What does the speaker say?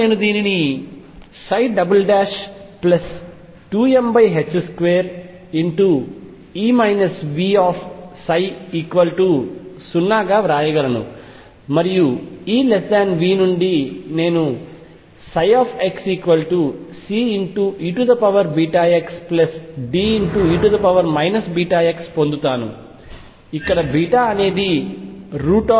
కాబట్టి నేను దీనిని2m2E Vψ0 గా వ్రాయగలను మరియు E V నుండి నేను xCeβxDe βx పొందుతాను ఇక్కడ అనేది √2m2